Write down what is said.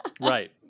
Right